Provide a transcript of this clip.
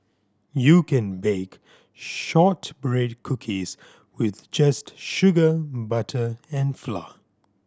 you can bake shortbread cookies with just sugar butter and flour